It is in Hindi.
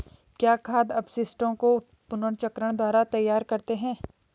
क्या खाद अपशिष्टों को पुनर्चक्रण द्वारा तैयार करते हैं?